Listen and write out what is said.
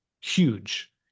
huge